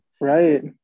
right